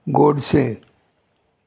गोडशें